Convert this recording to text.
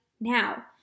now